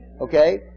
Okay